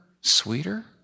sweeter